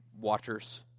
watchers